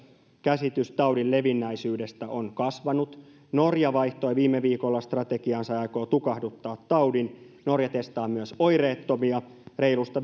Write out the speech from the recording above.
käsitys taudin levinneisyydestä on kasvanut norja vaihtoi viime viikolla strategiaansa ja aikoo tukahduttaa taudin norja testaa myös oireettomia reilusta